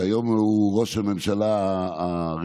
שהיום הוא ראש הממשלה הרזרבי,